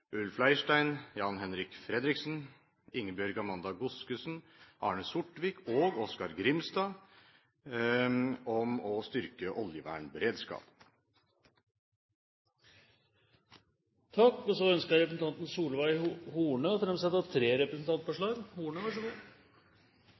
Ulf Leirstein, Jan-Henrik Fredriksen, Ingebjørg Godskesen, Arne Sortevik, Oskar J. Grimstad og meg selv om å styrke oljevernberedskapen. Representanten Solveig Horne vil framsette tre